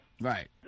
Right